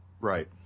Right